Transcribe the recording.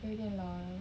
有点老了